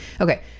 Okay